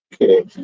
okay